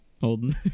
Holden